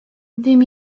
fûm